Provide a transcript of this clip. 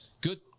Good